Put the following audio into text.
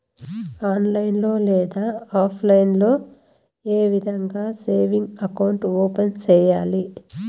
online లో లేదా offline లో ఏ విధంగా సేవింగ్ అకౌంట్ ఓపెన్ సేయాలి